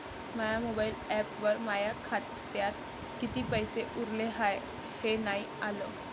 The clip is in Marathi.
माया मोबाईल ॲपवर माया खात्यात किती पैसे उरले हाय हे नाही आलं